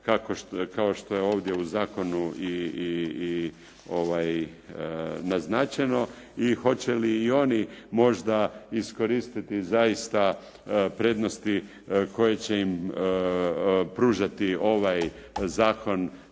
kao što je ovdje u zakonu i naznačeno i hoće li i oni možda iskoristiti zaista prednosti koje će im pružati ovaj zakon